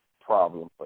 problem